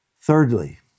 Thirdly